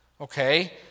Okay